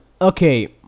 Okay